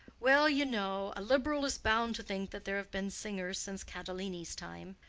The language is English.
well, you know, a liberal is bound to think that there have been singers since catalani's time.